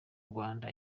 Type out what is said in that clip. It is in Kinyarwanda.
rwanda